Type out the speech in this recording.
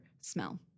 smell